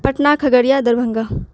Patna Khagaria Darbhanga